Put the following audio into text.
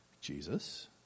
Jesus